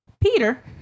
Peter